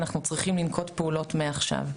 אנחנו צריכים לנקוט פעולות מעכשיו.